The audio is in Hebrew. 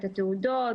את התעודות